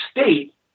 state